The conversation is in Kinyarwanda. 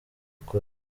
akorera